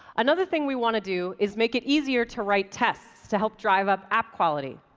another thing we want to do is make it easier to write tests to help drive up app quality.